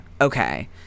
Okay